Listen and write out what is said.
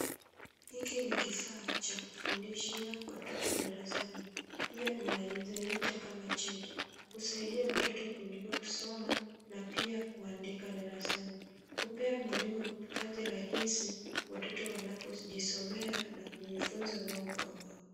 Hiki ni kifaa cha kufundishia watoto darasani, pia unaeza iita kama chati. Husaidia watoto kusoma na pia kuandika darasani. Hupea mwalimu kazi rahisi watoto wanapojisomea na kujifunza.